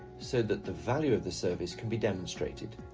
so that the value of the service can be demonstrated.